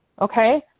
okay